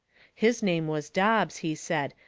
his name was dobbs, he said,